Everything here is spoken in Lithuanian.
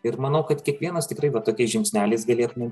ir manau kad kiekvienas tikrai tokiais va žingsneliais galėtumėm